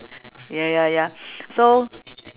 ya ya ya so